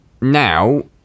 now